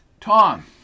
Tom